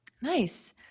Nice